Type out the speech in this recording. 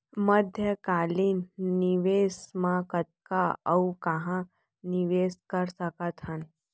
मध्यकालीन निवेश म कतना अऊ कहाँ निवेश कर सकत हन?